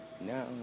now